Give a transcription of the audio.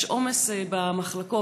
יש עומס במחלקות.